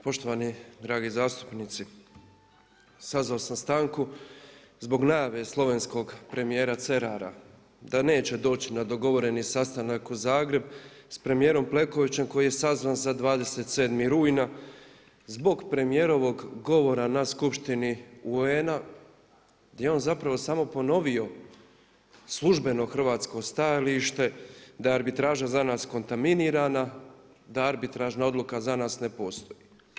Poštovani dragi zastupnici, sazvao sam stanku zbog najave slovenskog premijera Cerara da neće doći na dogovoreni sastanak u Zagreb sa premijerom Plenkovićem koji je sazvan za 27 rujna zbog premijerovog govora na Skupštini UN-a gdje je on zapravo samo ponovio službeno hrvatsko stajalište da je arbitraža za nas kontaminirana, da arbitražna odluka za nas ne postoji.